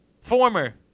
former